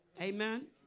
Amen